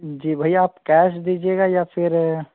जी भैया आप कैश दीजिएगा या फिर